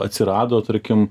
atsirado tarkim